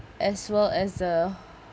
as well as the